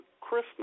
Christmas